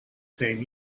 same